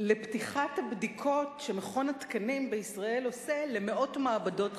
לפתיחת הבדיקות שמכון התקנים בישראל עושה למאות מעבדות חיצוניות.